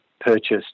purchased